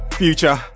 future